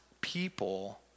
people